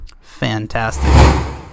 Fantastic